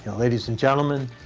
ladies and gentlemen,